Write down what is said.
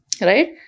Right